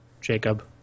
Jacob